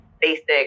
basic